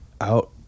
out